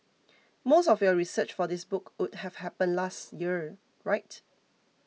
most of your research for this book would have happened last year right